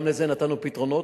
גם לזה נתנו פתרונות.